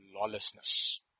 lawlessness